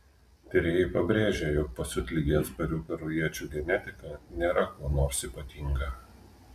tyrėjai pabrėžia jog pasiutligei atsparių perujiečių genetika nėra kuo nors ypatinga